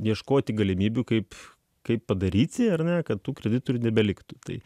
ieškoti galimybių kaip kaip padaryti ar ne kad tų kreditų ir nebeliktų tai